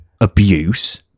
abuse